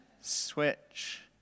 switch